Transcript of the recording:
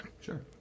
Sure